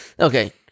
Okay